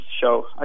show